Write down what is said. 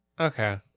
Okay